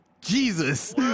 Jesus